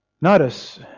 Notice